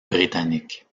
britannique